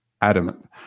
adamant